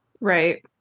Right